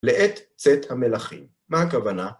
לעת צאת המלאכים. מה הכוונה?